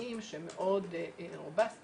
מרכזיים שהם מאוד אירובסטיים,